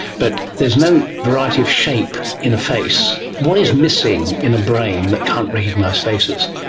but there's no variety of shape in a face. what is missing in a brain that can't recognise faces?